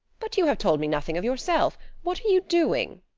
but you have told me nothing of yourself. what are you doing?